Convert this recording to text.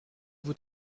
vous